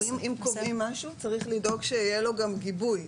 אם קובעים משהו, צריך לדאוג שיהיה לו גם גיבוי.